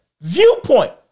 viewpoint